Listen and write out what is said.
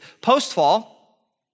post-fall